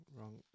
Wrong